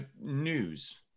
news